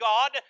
God